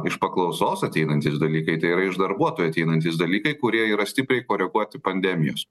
iš paklausos ateinantys dalykai tai yra iš darbuotojų ateinantys dalykai kurie yra stipriai koreguoti pandemijos